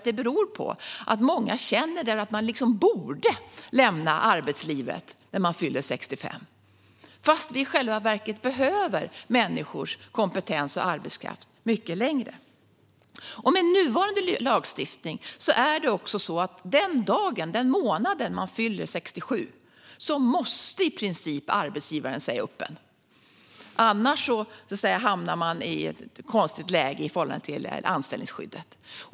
Det beror på att många känner att de borde lämna arbetslivet när de fyller 65 år fast vi i själva verket behöver människors kompetens och arbetskraft mycket längre. Med nuvarande lagstiftningen måste arbetsgivaren i princip säga upp en människa den månad den fyller 67 år. Annars hamnar man i ett konstigt läge i förhållande till anställningsskyddet.